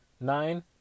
nine